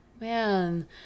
man